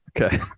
Okay